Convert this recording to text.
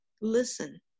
listen